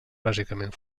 bàsicament